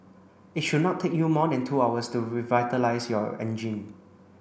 it should not take you more than two hours to revitalise your engine